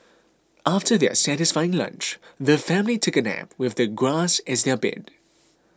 after their satisfying lunch the family took a nap with the grass as their bed